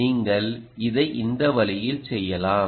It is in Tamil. நீங்கள் இதை இந்த வழியில் செய்யலாம்